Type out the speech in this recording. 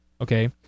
Okay